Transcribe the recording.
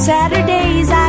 Saturdays